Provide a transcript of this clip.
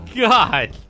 God